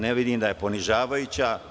Ne vidim da je ponižavajuća.